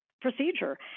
procedure